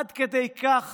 עד כדי כך